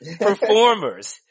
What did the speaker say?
performers